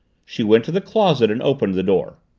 she went to the closet and opened the door.